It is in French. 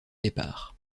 départs